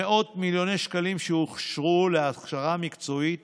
מאות מיליוני שקלים שאושרו להכשרה מקצועית